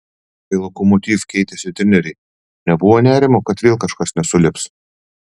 kai lokomotiv keitėsi treneriai nebuvo nerimo kad vėl kažkas nesulips